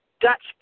Dutch